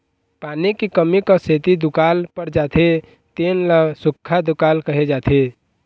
पानी के कमी क सेती दुकाल पर जाथे तेन ल सुक्खा दुकाल कहे जाथे